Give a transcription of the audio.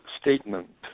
statement